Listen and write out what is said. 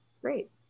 Great